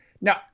Now